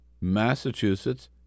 Massachusetts